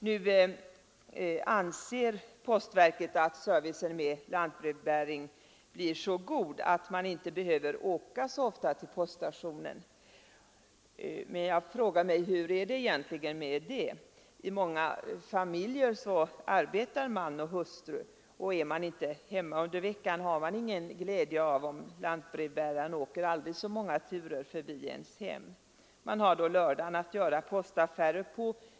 Nu anser postverket att servicen med lantbrevbäring blir så god att man inte behöver åka så ofta till poststationen. Men jag frågar mig: Hur är det egentligen med det? I många familjer arbetar man och hustru, och är man inte hemma under veckan har man ingen glädje av om lantbrevbäraren åker aldrig så många turer förbi ens hem. Man har då 125 lördagen att uträtta postärenden på.